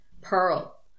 Pearl